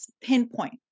pinpoint